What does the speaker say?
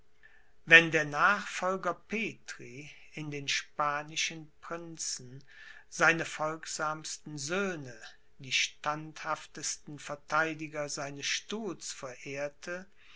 wenn der nachfolger petri in den spanischen prinzen seine folgsamsten söhne die standhaftesten vertheidiger seines stuhls verehrte